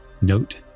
note